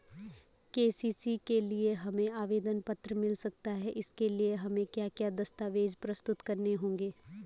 KCC के लिए हमें आवेदन पत्र मिल सकता है इसके लिए हमें क्या क्या दस्तावेज़ प्रस्तुत करने होंगे?